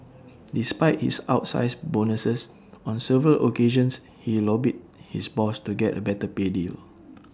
despite his outsize bonuses on several occasions he lobbied his boss to get A better pay deal